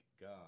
God